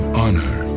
honor